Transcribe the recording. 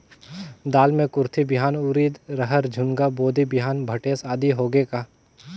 दाल मे कुरथी बिहान, उरीद, रहर, झुनगा, बोदी बिहान भटेस आदि होगे का?